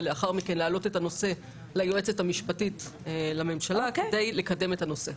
ולאחר מכן להעלות את הנושא ליועצת המשפטית לממשלה כדי לקדם את הנושא.